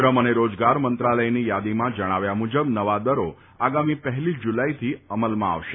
શ્રમ અને રોજગાર મંત્રાલયની યાદીમાં જણાવ્યા મુજબ નવા દરો આગામી પહેલી જુલાઈથી અમલમાં આવશે